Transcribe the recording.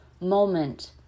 moment